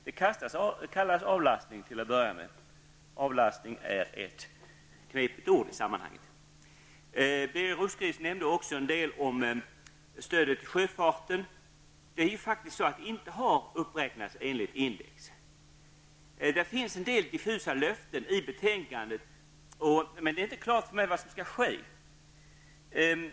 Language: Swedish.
Till att börja med kallas det för avlastning. Avlastning är ett knepigt ord i sammanhanget. Birger Rosqvist nämnde en del om stödet till sjöfarten. Det har inte uppräknats enligt index. Det finns en del diffusa löften i betänkandet. Men det är inte klart för mig vad som skall ske.